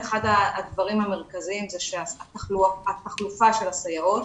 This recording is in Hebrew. אחד הדברים המרכזיים שעלה הוא תחלופת הסייעות